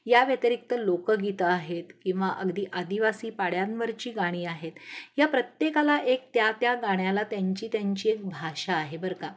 या व्यतिरिक्त लोकगीतं आहेत किंवा अगदी आदिवासी पाड्यांवरची गाणी आहेत या प्रत्येकाला एक त्या त्या गाण्याला त्यांची त्यांची एक भाषा आहे बरं का